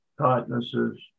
tightnesses